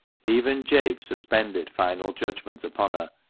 even jabe suspended final judgment upon her,